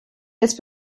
jetzt